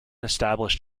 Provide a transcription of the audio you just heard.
established